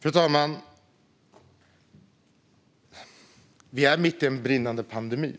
Fru talman! Vi är mitt i en brinnande pandemi,